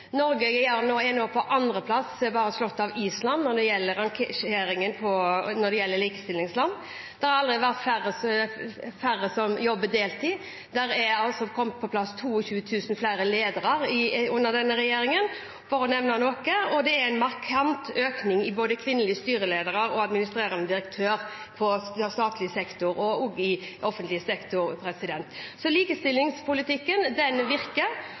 Norge er nå på andreplass, bare slått av Island, når det gjelder rangeringen av likestillingsland. Det har aldri vært færre som jobber deltid, det er kommet på plass 22 000 flere kvinnelige ledere under denne regjeringen – for å nevne noe – og det er en markant økning i både kvinnelige styreledere og administrerende direktører i offentlig sektor.